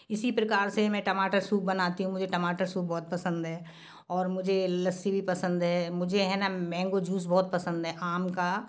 इसी प्रकार से मैं टमाटर सूप बनाती हूँ मुझे टमाटर सूप बहुत पसंद है और मुझे लस्सी भी पसंद है मुझे है ना मैंगो जूस बहुत पसंद है आम का